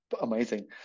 amazing